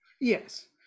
Yes